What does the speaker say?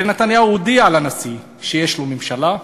הרי נתניהו הודיע לנשיא שיש לו ממשלה.